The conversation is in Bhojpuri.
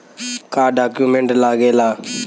का डॉक्यूमेंट लागेला?